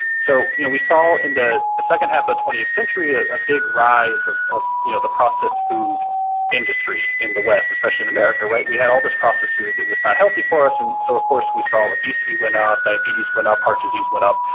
so you know we saw in the the second half of the twentieth century a ah big rise of of you know the processed food industry in the west, especially in america. we had all this processed food that was not healthy for us and so, of course, we saw obesity went up, diabetes went up, heart disease went up,